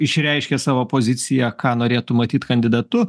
išreiškė savo poziciją ką norėtų matyt kandidatu